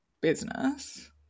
business